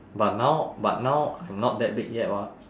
but now but now I not that big yet [what]